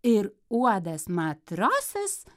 ir uodas matrosas